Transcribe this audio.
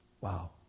Wow